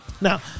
Now